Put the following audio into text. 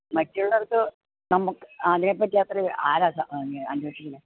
മറ്റുള്ള ഇടത്ത് നമ്മൾക്ക് അതിനെ പറ്റി അത്രയും ആരാ ഇപ്പം അന്വേഷിക്കുന്നത്